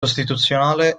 costituzionale